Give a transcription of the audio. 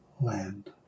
land